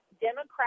Democrat